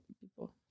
people